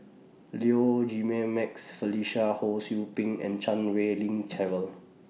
Low Felicia Ho SOU Ping and Chan Wei Ling Cheryl